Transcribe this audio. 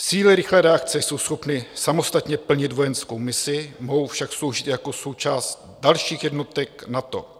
Síly rychlé reakce jsou schopny samostatně plnit vojenskou misi, mohou však sloužit i jako součást dalších jednotek NATO.